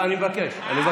לא, אני מבקש, אני מבקש.